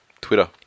Twitter